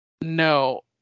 No